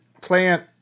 plant